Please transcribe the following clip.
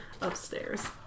upstairs